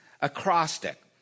acrostic